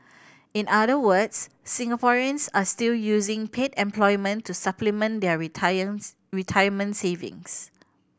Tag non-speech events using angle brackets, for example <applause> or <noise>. in other words Singaporeans are still using paid employment to supplement their retiring <unintelligible> retirements savings